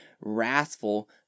wrathful